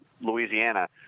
Louisiana